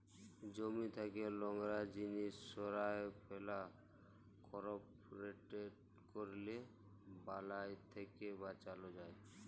জমি থ্যাকে লংরা জিলিস সঁরায় ফেলা, করপ রটেট ক্যরলে বালাই থ্যাকে বাঁচালো যায়